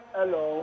Hello